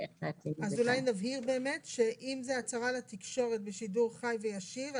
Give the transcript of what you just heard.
אז אולי נבהיר שאם זו הצהרה לתקשורת בשידור חי וישיר,